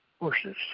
horses